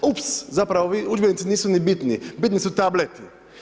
Ups, zapravo udžbenici nisu ni bitno, bitni su tableti.